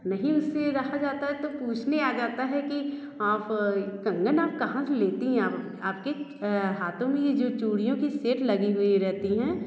नहीं उससे रहा जाता है तो पूछने आ जाता है कि आप कंगन आप कहाँ से लेती हैं आप आपके हाथों मे यह जो चूड़ियों की सेट लगी हुई रहती हैं